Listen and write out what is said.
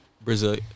Brazil